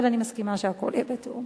אבל אני מסכימה שהכול יהיה בתיאום.